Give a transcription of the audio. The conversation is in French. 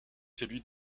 celui